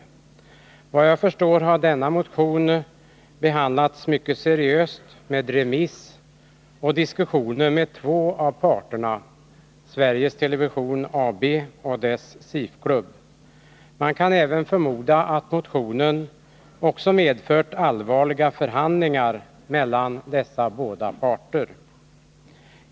Såvitt jag förstår har denna motion behandlats mycket seriöst, med remiss och diskussioner med två av parterna — Sveriges Television AB och dess SIF-klubb. Man kan vidare förmoda att motionen också föranlett allvarliga förhandlingar mellan dessa båda parter.